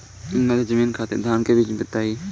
मध्य जमीन खातिर धान के बीज बताई?